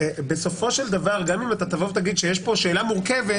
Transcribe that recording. בסופו של דבר גם אם תבוא ותגיד שיש פה שאלה מורכבת,